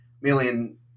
million